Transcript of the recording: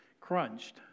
crunched